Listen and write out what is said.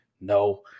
no